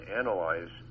analyze